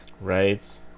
Right